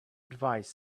advise